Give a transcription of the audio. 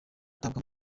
atabwa